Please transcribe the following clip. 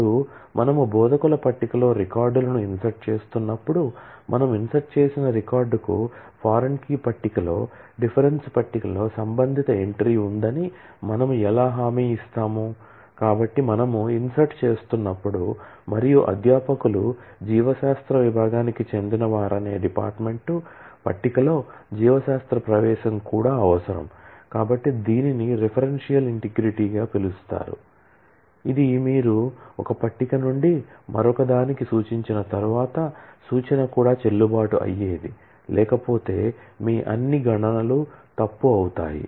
ఇప్పుడు మనము బోధకుల టేబుల్ లో రికార్డులను ఇన్సర్ట్ చేస్తున్నప్పుడు మనము ఇన్సర్ట్ చేసిన రికార్డుకు ఫారిన్ కీ గా పిలుస్తారు ఇది మీరు ఒక టేబుల్ నుండి మరొకదానికి సూచించిన తర్వాత సూచన కూడా చెల్లుబాటు అయ్యేది లేకపోతే మీ అన్ని గణనలు తప్పు అవుతాయి